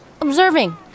observing